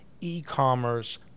e-commerce